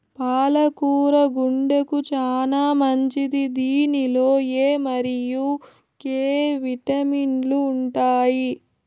పాల కూర గుండెకు చానా మంచిది దీనిలో ఎ మరియు కే విటమిన్లు ఉంటాయి